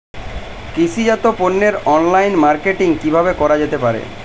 কৃষিজাত পণ্যের online marketing কিভাবে করা যেতে পারে?